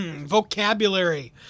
vocabulary